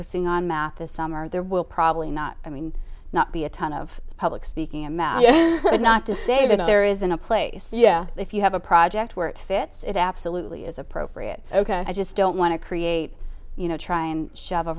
kissing on math this summer there will probably not i mean not be a ton of public speaking and not to say that there isn't a place yeah if you have a project where it fits it absolutely is appropriate ok i just don't want to create you know try and shove